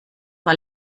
war